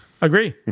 Agree